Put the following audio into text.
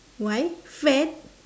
why fat